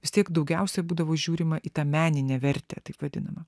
vis tiek daugiausia būdavo žiūrima į tą meninę vertę taip vadinama